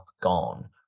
Gone